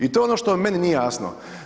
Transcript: I to je ono što meni nije jasno.